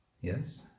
Yes